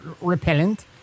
repellent